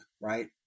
Right